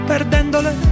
Perdendole